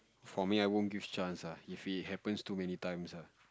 for me I won't give chance ah if it happens too many times ah